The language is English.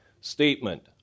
statement